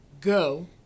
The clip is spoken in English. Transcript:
go